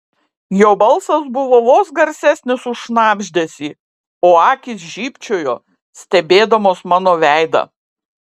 jo balsas buvo vos garsesnis už šnabždesį o akys žybčiojo stebėdamos mano veidą